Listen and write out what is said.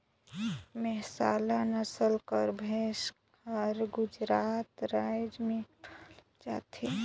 मेहसाला नसल कर भंइस हर गुजरात राएज में पाल जाथे